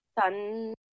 Sun